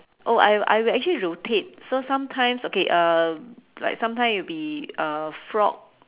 oh I I actually rotate so sometimes okay um like sometime it will be uh frog